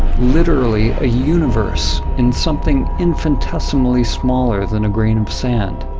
literally a universe in something infinitesimally smaller than a grain of sand.